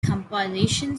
compilation